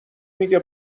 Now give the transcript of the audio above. میگه